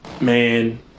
man